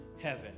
heaven